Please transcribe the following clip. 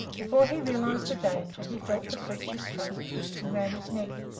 before he realized the danger, he felt the creature's trunk twisting around his neck,